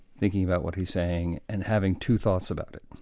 thinking about what he's saying and having two thoughts about it.